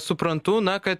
suprantu na kad